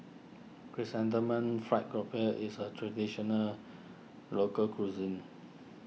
Chrysanthemum Fried Grouper is a Traditional Local Cuisine